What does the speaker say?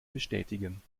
bestätigen